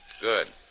Good